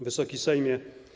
Wysoki Sejmie!